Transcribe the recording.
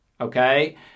okay